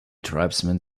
tribesman